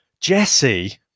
Jesse